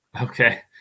Okay